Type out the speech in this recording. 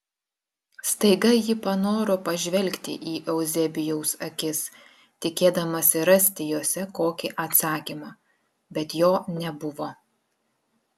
staiga ji panoro pažvelgti į euzebijaus akis tikėdamasi rasti jose kokį atsakymą bet jo nebuvo